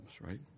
right